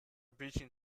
breaching